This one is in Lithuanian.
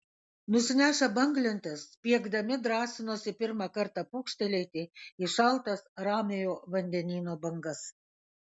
nusinešę banglentes spiegdami drąsinosi pirmą kartą pūkštelėti į šaltas ramiojo vandenyno bangas